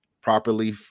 properly